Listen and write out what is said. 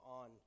on